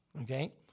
Okay